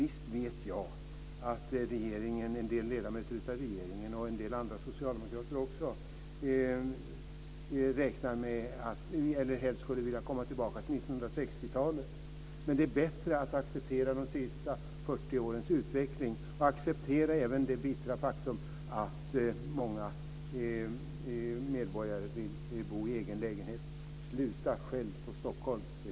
Visst vet jag att en del ledamöter av regeringen och också en del andra socialdemokrater helst skulle vilja komma tillbaka till 1960-talet, men det är bättre att acceptera de sista 40 årens utveckling och även det bittra faktum att många medborgare vill bo i egen lägenhet. Sluta att skälla på Stockholm!